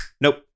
nope